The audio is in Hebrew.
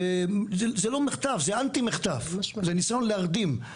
זה לא מחטף, זה אנטי מחטף, זה ניסיון להרדים.